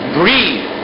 breathe